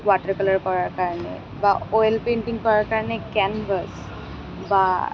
water colour কৰাৰ কাৰণে বা অইল পেইণ্টিং কৰাৰ কাৰণে কেনভাছ বা